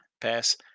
pass